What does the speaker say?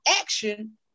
action